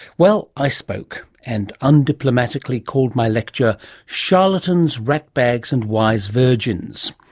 well, i spoke and undiplomatically called my lecture charlatans, ratbags and wise virgins.